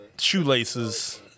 shoelaces